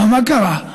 למה, מה קרה?